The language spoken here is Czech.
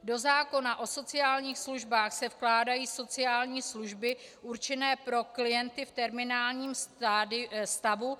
Do zákona o sociálních službách se vkládají sociální služby určené pro klienty v terminálním stavu.